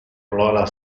plora